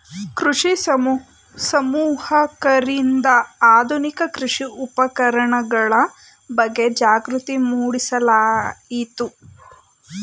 ಕೃಷಿ ಸಮೂಹಕರಿಂದ ಆಧುನಿಕ ಕೃಷಿ ಉಪಕರಣಗಳ ಬಗ್ಗೆ ಜಾಗೃತಿ ಮೂಡಿಸಲಾಯಿತು